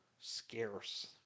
scarce